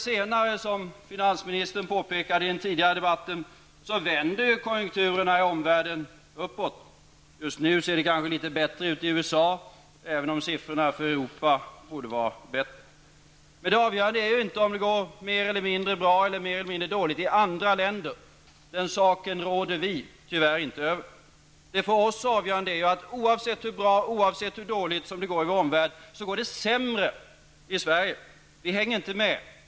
Som finansministern påpekade i den tidigare debatten vänder ju förr eller senare konjunkturerna i omvärlden uppåt. Just nu ser det kanske lite bättre ut i USA, även om siffrorna för Europa torde vara bättre. Det avgörande är inte om det går mer eller mindre bra eller dåligt i andra länder. Det råder vi tyvärr inte över. Det för oss avgörande är att oavsett hur bra eller dåligt som det går i omvärlden, går det sämre i Sverige. Vi hänger inte med.